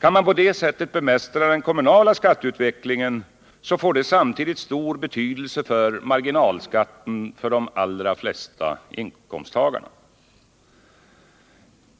Kan man på det sättet bemästra den kommunala skatteutvecklingen får det samtidigt stor betydelse för marginalskatten för de allra flesta inkomsttagarna.